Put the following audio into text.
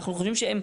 ואנחנו חושבים שהם,